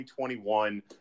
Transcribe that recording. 2021